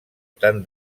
tan